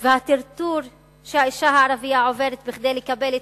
והטרטור שהאשה הערבייה עוברת כדי לקבל את